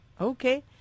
Okay